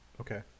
Okay